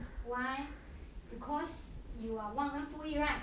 why because you are 忘恩负义 right